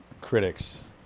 critics